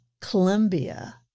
Columbia